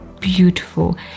beautiful